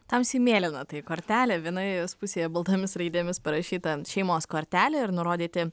tamsiai mėlyna tai kortelė vienoje jos pusėje baltomis raidėmis parašyta šeimos kortelė ir nurodyti